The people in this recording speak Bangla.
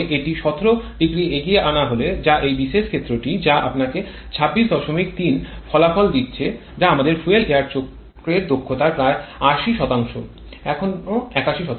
তবে একটি ১৭0 এগিয়ে আনা হলে যা এই বিশেষ ক্ষেত্রেটি যা আপনাকে ২৬৩ ফলাফল দিচ্ছে যা আমাদের ফুয়েল এয়ার চক্রের দক্ষতার প্রায় ৮০ এখনও ৮১